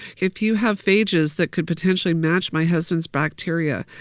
if you have phages that could potentially match my husband's bacteria,